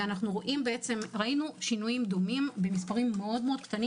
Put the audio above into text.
ראינו שינויים דומים במספרים מאוד קטנים